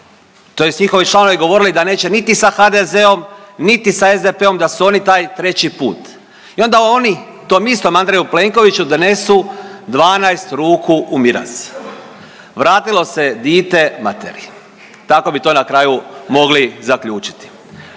koji je tj. njihovi su članovi govorili da neće niti sa HDZ-om, niti sa SDP-om da su oni taj treći put i onda oni tom istom Andreju Plenkoviću donesu 12 ruku u miraz. Vratilo se dite materi, tako bi to na kraju mogli zaključiti.